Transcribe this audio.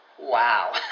Wow